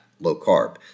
low-carb